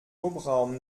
hubraum